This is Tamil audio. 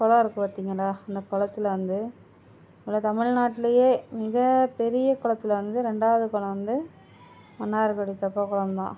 குளம் இருக்கு பார்த்திங்களா அந்த குளத்துல வந்து நம்ம தமிழ் நாட்டிலயே மிகப்பெரிய குளத்துல வந்து ரெண்டாவது குளம் வந்து மன்னார்குடி தெப்பக்குளம் தான்